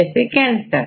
जैसे कैंसर